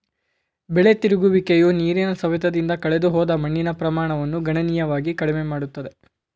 ಬೆಳೆ ತಿರುಗುವಿಕೆಯು ನೀರಿನ ಸವೆತದಿಂದ ಕಳೆದುಹೋದ ಮಣ್ಣಿನ ಪ್ರಮಾಣವನ್ನು ಗಣನೀಯವಾಗಿ ಕಡಿಮೆ ಮಾಡುತ್ತದೆ